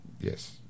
Yes